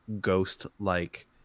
ghost-like